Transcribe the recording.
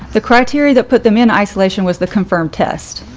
the criteria that put them in isolation was the confirmed test.